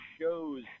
shows